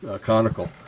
conical